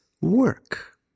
work